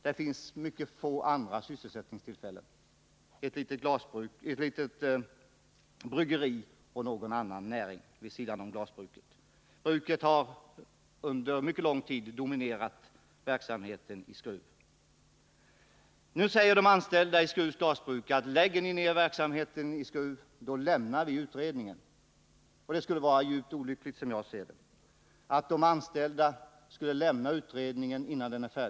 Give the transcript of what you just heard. Där finns mycket få andra sysselsättningstillfällen, ett litet bryggeri och någon annan näring vid sidan om glasbruket. Bruket har under mycket lång tid dominerat verksamheten i Skruv. Nu säger de anställda vid Skrufs Glasbruk: Lägger ni ned verksamheten i Skruv, lämnar vi den pågående utredningen. Att de anställda skulle lämna utredningen innan den är färdig skulle, som jag ser saken, vara djupt olyckligt.